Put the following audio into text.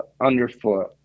underfoot